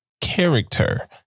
character